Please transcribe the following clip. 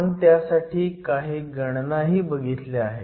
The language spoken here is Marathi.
आपण त्यासाठी काही गणनाही बघितल्या आहेत